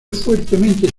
fuertemente